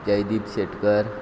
Jaydeep Shetkar